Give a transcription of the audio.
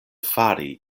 fari